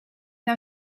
now